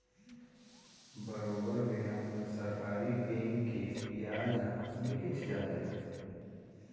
बरोबर बेरा म सरकारी बेंक के बियाज ह मिलीच जाथे